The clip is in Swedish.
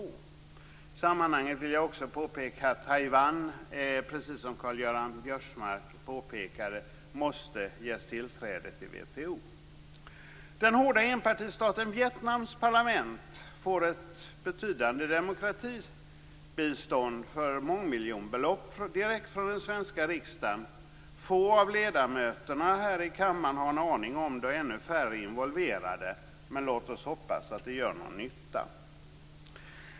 I det sammanhanget vill jag också, precis som Karl-Göran Biörsmark gjorde, påpeka att Taiwan måste ges tillträde till WTO. Parlamentet i den hårda enpartistaten Vietnam får ett betydande demokratibistånd för mångmiljonbelopp direkt från den svenska riksdagen. Få av ledamöterna här i kammaren har en aning om det, och ännu färre är involverade. Men låt oss hoppas att det gör någon nytta.